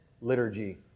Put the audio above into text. liturgy